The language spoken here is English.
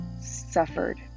suffered